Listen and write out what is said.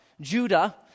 Judah